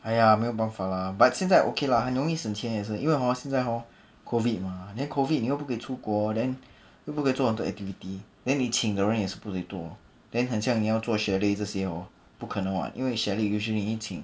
!aiya! 没有办法 lah but 现在 okay lah 很容易省钱也是因为 hor 现在 hor COVID mah then COVID 你又不出国 then 又不可以做很多 activity then 你请的人也是不会多 then 很像你要做 chalet 这些 hor 不可能 [what] 因为 chalet usually 一请